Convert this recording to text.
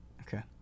Okay